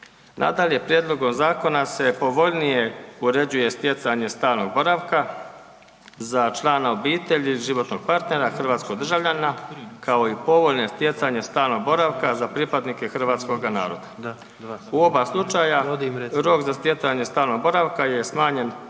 Nadalje, prijedlogom zakona se povoljnije uređuje stjecanje stalnog boravka za člana obitelji, životnog partnera hrvatskog državljanina kao i povoljno stjecanje stalnog boravka za pripadnike hrvatskog naroda. U oba slučaja rok za stjecanje stalnog boravka je smanjen